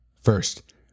First